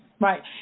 right